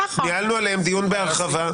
ניהלנו עליהם דיון בהרחבה.